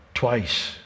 twice